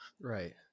Right